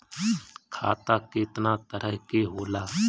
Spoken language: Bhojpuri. खाता केतना तरह के होला?